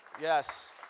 Yes